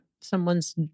someone's